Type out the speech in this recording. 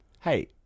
Hey